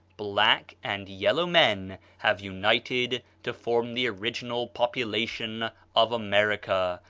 black, and yellow men have united to form the original population of america.